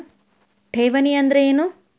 ಠೇವಣಿ ಅಂದ್ರೇನು?